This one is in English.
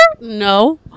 No